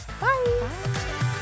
bye